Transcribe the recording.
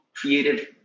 creative